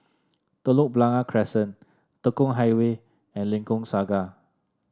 Telok Blangah Crescent Tekong Highway and Lengkok Saga